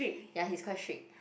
ya he's quite strict